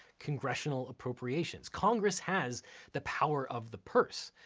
congressional appropriations. congress has the power of the purse,